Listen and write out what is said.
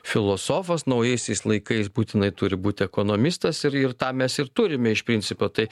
filosofas naujaisiais laikais būtinai turi būt ekonomistas ir ir tą mes ir turime iš principo tai